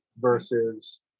versus